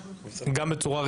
גם בצורה רשמית,